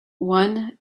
one